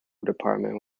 department